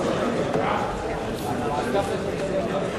לא נתקבלה.